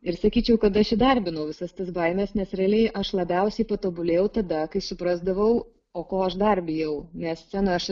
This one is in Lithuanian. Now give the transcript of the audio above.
ir sakyčiau kad aš įdarbinau visas tas baimes nes realiai aš labiausiai patobulėjau tada kai suprasdavau o ko aš dar bijau nes scenoj aš